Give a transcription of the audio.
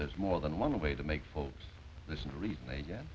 there's more than one way to make folks listen to reason they